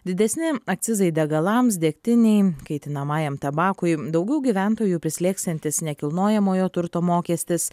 didesni akcizai degalams degtinei kaitinamajam tabakui daugiau gyventojų prislėgsiantis nekilnojamojo turto mokestis